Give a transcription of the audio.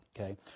Okay